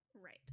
Right